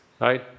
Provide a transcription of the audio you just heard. right